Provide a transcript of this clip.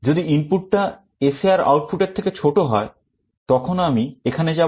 যদি ইনপুট টা SAR output এর থেকে ছোট হয় তখন আমি এখানে যাব